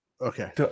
Okay